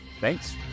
thanks